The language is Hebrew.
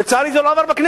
לצערי, זה לא עבר בכנסת.